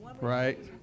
right